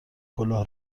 کلاه